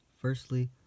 Firstly